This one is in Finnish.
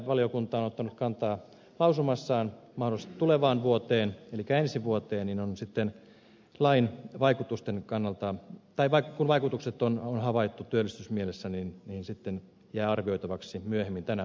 valiokunta on ottanut kantaa lausumassaan mahdollisesti tulevaan vuoteen elikkä ensi vuoteen en on siten lain vaikutusten kannalta ja kun vaikutukset on havaittu työllistymismielessä niin tämä jää arvioitavaksi myöhemmin tänä vuonna